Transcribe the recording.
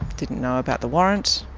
didn't know about the warrant.